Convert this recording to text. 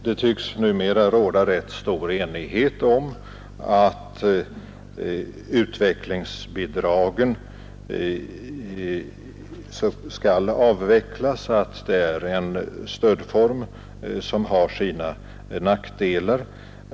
Det tycks numera råda rätt stor enighet om att utvecklingsbidragen skall avvecklas. Det är en stödform som har sina nackdelar.